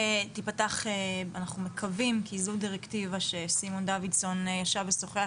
כי זו דירקטיבה שסימון דוידסון ישב ושוחח